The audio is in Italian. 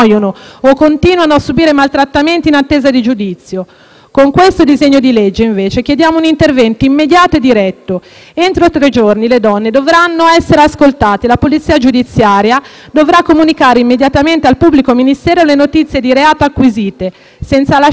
Con questo disegno di legge, invece, chiediamo un intervento immediato e diretto. Entro tre giorni le donne dovranno essere ascoltate, la polizia giudiziaria dovrà comunicare immediatamente al pubblico ministero le notizie di reato acquisite, senza lasciare discrezionalità sulla sussistenza dell'urgenza.